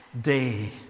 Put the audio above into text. day